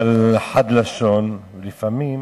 אבל חד לשון, ולפעמים